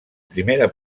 primera